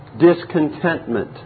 discontentment